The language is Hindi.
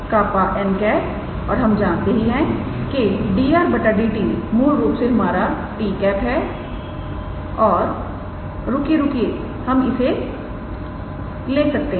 𝜅𝑛̂ और हम जानते हैं कि 𝑑𝑟⃗𝑑𝑡 मूल रूप से हमारा t है और रुकिए रुकिए हम इसे ले सकते हैं